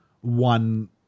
one